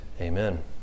Amen